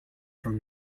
from